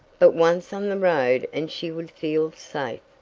but once on the road and she would feel safe.